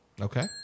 Okay